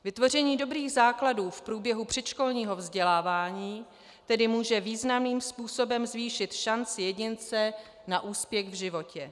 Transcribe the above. Vytvoření dobrých základů v průběhu předškolního vzdělávání tedy může významným způsobem zvýšit šanci jedince na úspěch v životě.